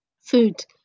food